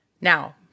Now